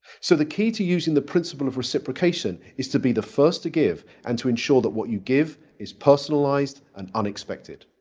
so the key to using the principle of reciprocation is to be the first to give and to ensure that what you give is personalized and unexpected.